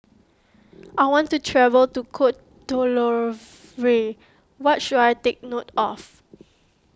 I want to travel to Cote D'Ivoire what should I take note of